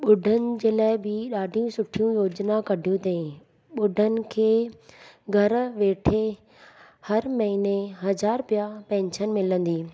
ॿुढनि जे लाइ बि ॾाढियूं सुठियूं योजना कढियूं अथईं ॿुढनि खे घरु वेठे हर महीने हज़ार रुपया पेंशन मिलंदी